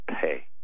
pay